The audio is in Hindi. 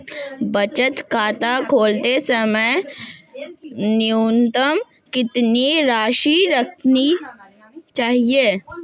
बचत खाता खोलते समय न्यूनतम कितनी राशि रखनी चाहिए?